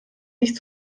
nicht